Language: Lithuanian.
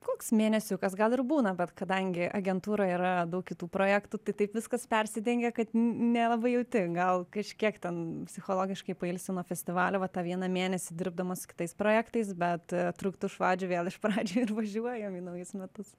koks mėnesiukas gal ir būna bet kadangi agentūroj yra daug kitų projektų tai taip viskas persidengia kad nelabai jauti gal kažkiek ten psichologiškai pailsi nuo festivalio va tą vieną mėnesį dirbdamas su kitais projektais bet trukt už vadžių vėl iš pradžių ir važiuojam į naujus metus